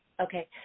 Okay